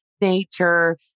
nature